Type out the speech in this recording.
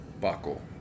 buckle